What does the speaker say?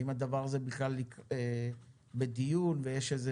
האם הדבר הזה בכלל בדיון ויש איזה